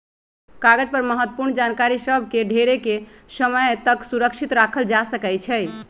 कागज पर महत्वपूर्ण जानकारि सभ के ढेरेके समय तक सुरक्षित राखल जा सकै छइ